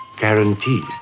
Guaranteed